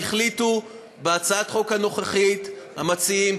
החליטו בהצעת החוק הנוכחית המציעים,